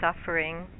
suffering